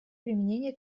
применения